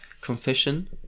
confession